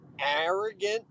arrogant